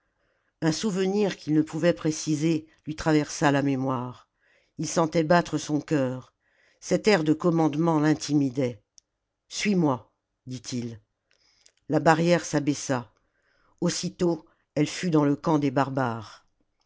un souvenir qu'il ne pouvait préciser lui traversa la mémoire ii sentait battre son cœur cet air de commandement l'intimidait suis-moi dit-il la barrière s'abaissa aussitôt elle fut dans le camp des barbares